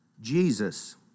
Jesus